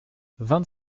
vingt